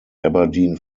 aberdeen